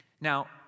Now